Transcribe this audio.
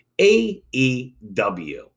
AEW